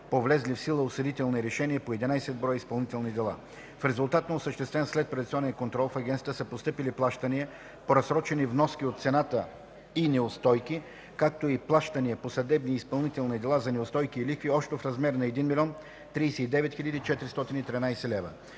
по влезли в сила осъдителни решения по 11 броя изпълнителни дела. В резултат на осъществен следприватизационен контрол, в Агенцията са постъпили плащания по разсрочени вноски от цената и неустойки, както и плащания по съдебни и изпълнителни дела за неустойки и лихви, общо в размер на 1 039 413 лв.